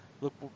look